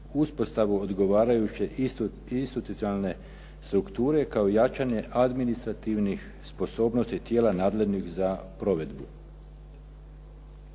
uspostavu odgovarajuće institucionalne strukture kao jačanje administrativnih sposobnosti tijela nadležnih za provedbu.